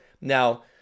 now